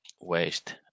waste